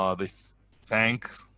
um they thank